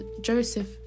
Joseph